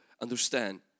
understand